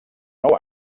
nou